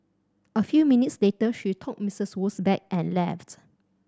a few minutes later she took Mistress Wu's bag and left